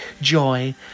joy